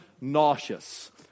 nauseous